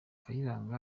kayiranga